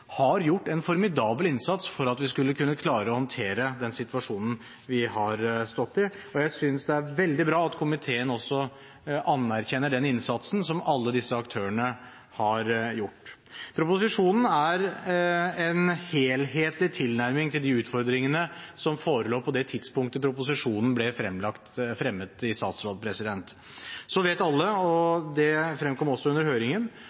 har gjort en formidabel innsats for at vi skulle kunne klare å håndtere den situasjonen vi har stått i. Jeg synes det er veldig bra at komiteen også anerkjenner den innsatsen som alle disse aktørene har gjort. Proposisjonen er en helhetlig tilnærming til de utfordringene som forelå på det tidspunktet proposisjonen ble fremmet i statsråd. Så vet alle – og det fremkom også under høringen